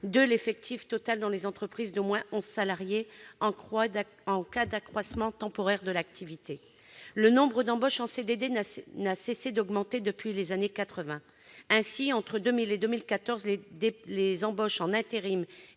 de l'effectif total dans les entreprises d'au moins onze salariés, en cas d'accroissement temporaire de l'activité. Le nombre d'embauches en CDD n'a cessé d'augmenter depuis les années quatre-vingt. Ainsi, entre 2000 et 2014, le nombre d'embauches en intérim